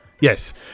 yes